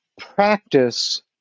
practice